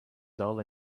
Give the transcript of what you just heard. dull